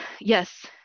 Yes